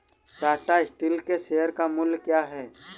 Tata steel के share का मूल्य क्या है?